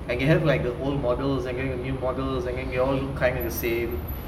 and then you have like the old models and then new models and then they all look kind of the same